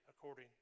according